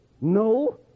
no